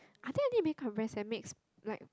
I think I need makeup brands that makes like